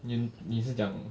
你你是讲